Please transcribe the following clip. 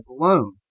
alone